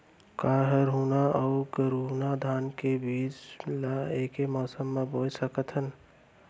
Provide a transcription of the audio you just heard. का हरहुना अऊ गरहुना धान के बीज ला ऐके मौसम मा बोए सकथन?